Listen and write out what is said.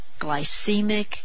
glycemic